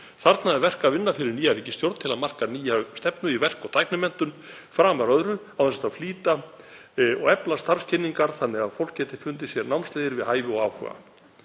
Þarna er verk að vinna fyrir nýja ríkisstjórn til að marka nýja stefnu í verk- og tæknimenntun framar öðru ásamt því að flýta og efla starfskynningar þannig að fólk geti fundið sér námsleiðir við hæfi og áhuga.